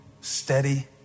steady